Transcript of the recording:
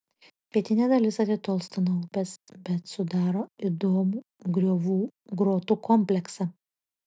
pietinė dalis atitolsta nuo upės bet sudaro įdomų griovų grotų kompleksą